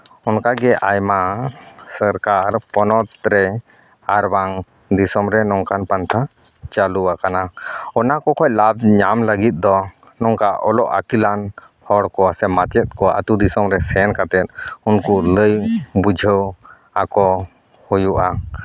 ᱚᱱᱠᱟ ᱜᱮ ᱟᱭᱢᱟ ᱥᱟᱨᱠᱟᱨ ᱯᱚᱱᱚᱛ ᱨᱮ ᱟᱨᱵᱟᱝ ᱫᱤᱥᱚᱢ ᱨᱮ ᱱᱚᱝᱠᱟᱱ ᱯᱟᱱᱛᱷᱟ ᱪᱟᱹᱞᱩᱣᱟᱠᱟᱱᱟ ᱚᱱᱟ ᱠᱚ ᱠᱷᱚᱡ ᱞᱟᱵᱽ ᱧᱟᱢ ᱞᱟᱹᱜᱤᱫ ᱫᱚ ᱱᱚᱝᱠᱟ ᱚᱞᱚᱜ ᱟᱹᱠᱤᱞᱟᱱ ᱦᱚᱲ ᱠᱚ ᱥᱮ ᱢᱟᱪᱮᱫ ᱠᱚ ᱟᱛᱳ ᱫᱤᱥᱚᱢ ᱨᱮ ᱥᱮᱱ ᱠᱟᱛᱮ ᱩᱱᱠᱩ ᱞᱟᱹᱭ ᱵᱩᱡᱷᱟᱹᱣ ᱟᱠᱚ ᱦᱩᱭᱩᱜᱼᱟ